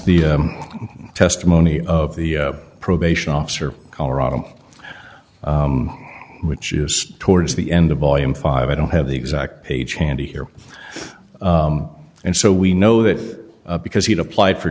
the testimony of the probation officer colorado which is towards the end of volume five i don't have the exact page handy here and so we know that because he's applied for